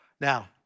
Now